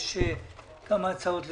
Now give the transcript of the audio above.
יש כמה הצעות לסדר,